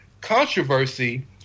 controversy